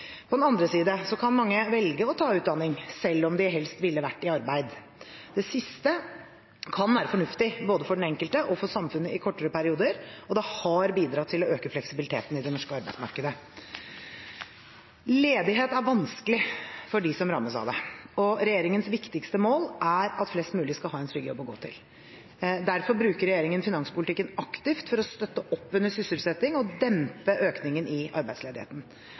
På den andre side kan mange velge å ta utdanning, selv om de helst ville vært i arbeid. Det siste kan være fornuftig både for den enkelte og for samfunnet i kortere perioder, og det har bidratt til å øke fleksibiliteten i det norske arbeidsmarkedet. Ledighet er vanskelig for dem som rammes av det, og regjeringens viktigste mål er at flest mulig skal ha en trygg jobb å gå til. Derfor bruker regjeringen finanspolitikken aktivt for å støtte opp under sysselsetting og dempe økningen i arbeidsledigheten.